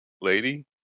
lady